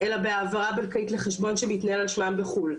אלא בהעברה בנקאית לחשבון שמתנהל על שמם בחו"ל.